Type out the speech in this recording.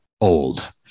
old